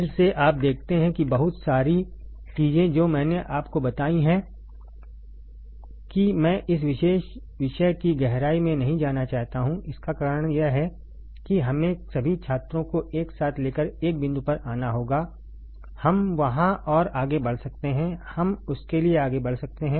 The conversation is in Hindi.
फिर से आप देखते हैं कि बहुत सारी चीजें जो मैंने आपको बताई हैं कि मैं इस विशेष विषय की गहराई में नहीं जाना चाहता हूं इसका कारण यह है कि हमें सभी छात्रों को एक साथ लेकर एक बिंदु पर आना होगा हम वहां और आगे बढ़ सकते हैं हम उसके लिए आगे बढ़ सकते हैं